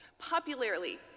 Popularly